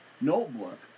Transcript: Notebook